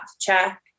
check